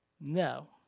No